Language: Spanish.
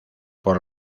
por